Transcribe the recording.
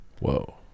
Whoa